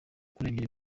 kurengera